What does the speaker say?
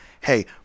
hey